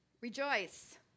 rejoice